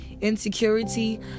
insecurity